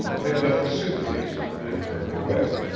picked up the suit case, and turned away.